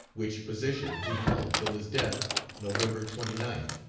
which position he held till his death november twenty ninth,